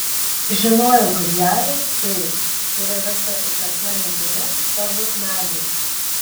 žinojau kad jai tai kuri virsta įsakmia mintimi svarbus medis